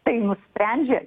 tai nusprendžia